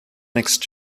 next